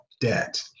debt